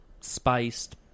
spiced